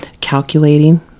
calculating